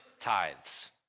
tithes